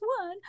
one